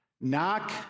Knock